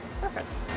Perfect